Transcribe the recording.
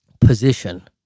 position